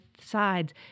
sides